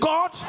God